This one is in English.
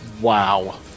wow